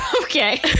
Okay